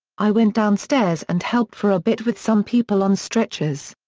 i went downstairs and helped for a bit with some people on stretchers.